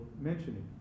mentioning